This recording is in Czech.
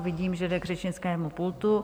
Vidím, že jde k řečnickému pultu.